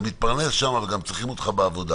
אתה מתפרנס שם וגם צריכים אותך בעבודה